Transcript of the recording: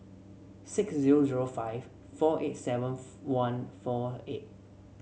six zero zero five four eight seven one four eight